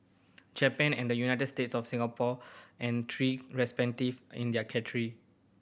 Japan and the United States of Singapore and three respective in their country